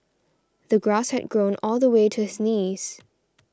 the grass had grown all the way to his knees